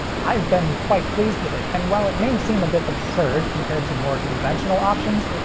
i've been quite pleased with it, and while it may seem a bit absurd compared to more conventional options,